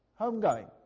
Homegoing